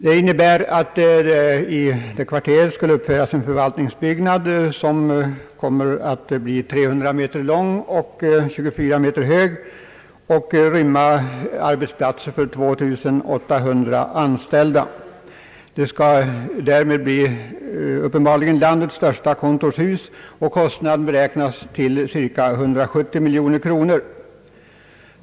Detta innebär att i kvarteret skulle uppföras en förvaltningsbyggnad som kommer att bli 300 meter lång och 24 meter hög samt rymma arbetsplatser för 2 800 anställda. Byggnaden blir därmed uppenbarligen landets största kontorshus, och den totala kostnaden beräknas till cirka 170 miljoner kronor.